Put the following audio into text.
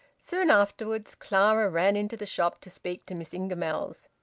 soon afterwards clara ran into the shop to speak to miss ingamells.